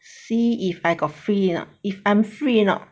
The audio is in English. see if I got free or not if I'm free or not